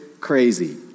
crazy